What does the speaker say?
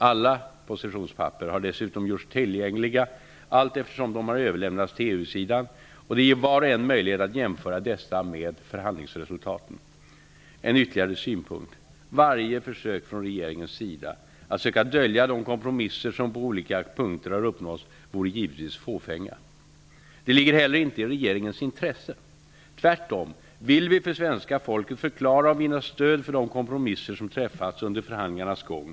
Alla positionspapper har dessutom gjorts tillgängliga allteftersom de har överlämnats till EU sidan, och det ger var och en möjlighet att jämföra dessa med förhandlingsresultaten. En ytterligare synpunkt: Varje försök från regeringens sida att söka dölja de kompromisser som på olika punkter har uppnåtts vore givetvis fåfänga. Det ligger heller inte i regeringens intresse. Tvärtom vill vi för svenska folket förklara och vinna stöd för de kompromisser som träffats under förhandlingarnas gång.